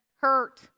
hurt